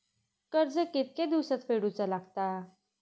कर्ज कितके दिवसात फेडूचा लागता?